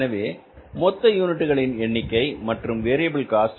எனவே மொத்த யூனிட்களின் எண்ணிக்கை மற்றும் வேரியபில் காஸ்ட்